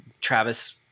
travis